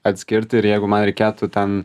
atskirt ir jeigu man reikėtų ten